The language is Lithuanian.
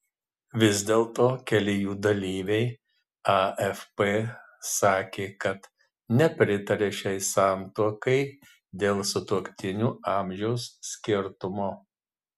vis dėlto keli jų dalyviai afp sakė kad nepritaria šiai santuokai dėl sutuoktinių amžiaus skirtumo